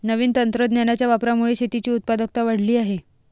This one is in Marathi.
नवीन तंत्रज्ञानाच्या वापरामुळे शेतीची उत्पादकता वाढली आहे